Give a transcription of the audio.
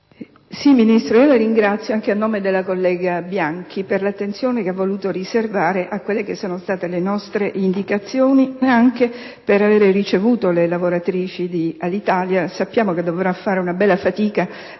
Ministro, la ringrazio, anche a nome della collega Bianchi, per l'attenzione che ha voluto riservare alle nostre indicazioni ed anche per aver ricevuto le lavoratrici di Alitalia. Sappiamo che dovrà fare una bella fatica,